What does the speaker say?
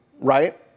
right